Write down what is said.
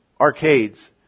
arcades